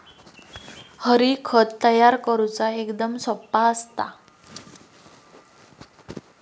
हरी, खत तयार करुचा एकदम सोप्पा असता